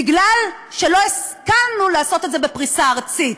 כי לא השכלנו לעשות את זה בפריסה ארצית?